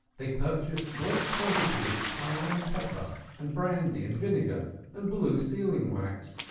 they purchased great quantities of cayenne pepper and brandy and vinegar and blue sealing-wax,